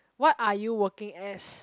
what are you working as